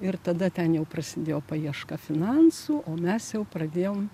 ir tada ten jau prasidėjo paieška finansų o mes jau pradėjom